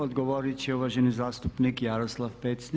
Odgovorit će uvaženi zastupnik Jaroslav Pecnik.